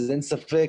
אין ספק